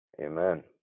Amen